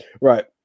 right